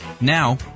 Now